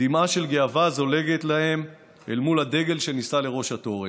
דמעה של גאווה זולגת להם אל מול הדגל שנישא לראש התורן.